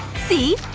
see?